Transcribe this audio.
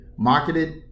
Marketed